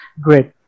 great